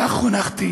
כך חונכתי